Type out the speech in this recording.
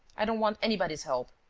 i don't want anybody's help.